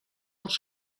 als